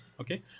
okay